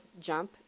jump